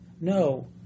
No